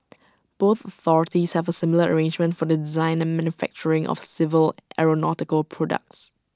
both authorities have A similar arrangement for the design and manufacturing of civil aeronautical products